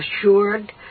assured